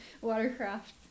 watercraft